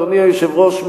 אדוני היושב-ראש,